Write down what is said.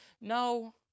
no